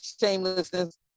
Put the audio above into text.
shamelessness